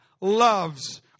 loves